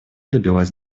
добилась